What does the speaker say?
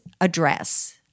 address